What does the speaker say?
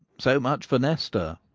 so much for nestor.